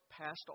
passed